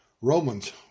Romans